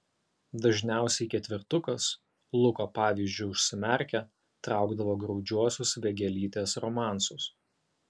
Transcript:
dažniausiai ketvertukas luko pavyzdžiu užsimerkę traukdavo graudžiuosius vėgėlytės romansus